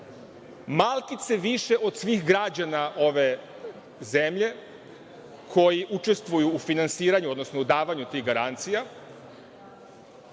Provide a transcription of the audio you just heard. malkice više od svih građana ove zemlje koji učestvuju u finansiranju, odnosno u davanju tih garancija,